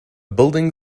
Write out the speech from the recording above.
building